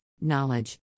knowledge